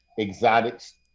Exotics